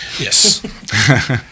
Yes